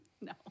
No